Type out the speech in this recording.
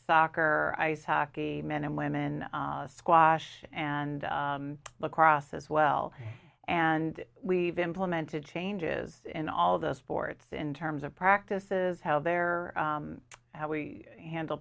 soccer ice hockey men and women squash and lacrosse as well and we've implemented changes in all the sports in terms of practices how they're how we handle